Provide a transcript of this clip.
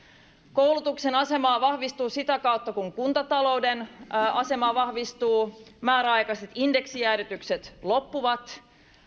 koulutuksen asema vahvistuu sitä kautta kun kuntatalouden asema vahvistuu määräaikaiset indeksijäädytykset loppuvat